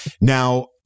Now